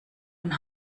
und